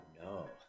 no